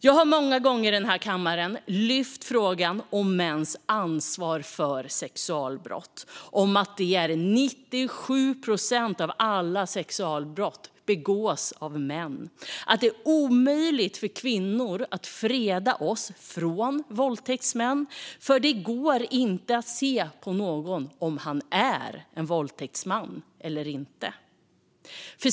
Jag har många gånger i den här kammaren lyft frågan om mäns ansvar för sexualbrott. 97 procent av alla sexualbrott begås av män. Det är omöjligt för oss kvinnor att freda oss från våldtäktsmän, för det går inte att se på någon om han är en våldtäktsman eller inte.